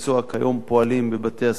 כיום פועלים בבתי-הספר